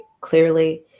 clearly